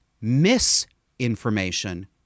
misinformation